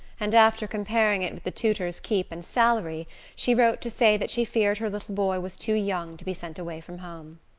and after comparing it with the tutor's keep and salary she wrote to say that she feared her little boy was too young to be sent away from home.